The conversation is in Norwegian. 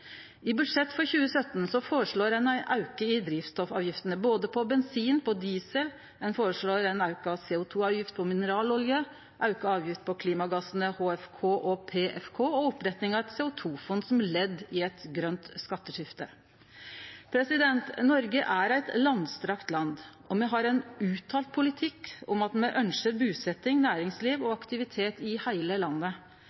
I budsjett for 2017 føreslår ein ein auke i drivstoffavgiftene på både bensin og diesel, ein føreslår auka CO 2 -avgift på mineralolje, auka avgift på klimagassane HFK og PFK og oppretting av eit CO 2 -fond som ledd i eit grønt skatteskifte. Noreg er eit langstrekt land, og me har ein uttalt politikk om at me ønskjer busetjing, næringsliv og